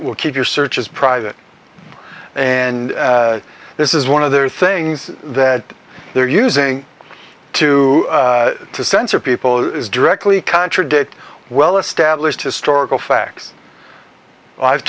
will keep your searches private and this is one of the things that they're using to censor people is directly contradict well established historical facts i've